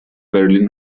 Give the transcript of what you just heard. برلین